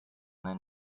then